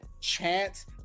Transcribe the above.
chance